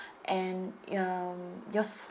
and um your